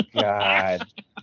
God